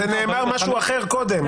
נאמר משהו אחר קודם.